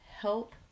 help